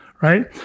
right